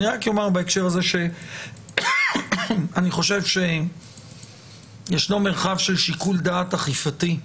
אני רק אומר בהקשר הזה שאני חושב שישנו מרחב של שיקול דעת אכיפתי,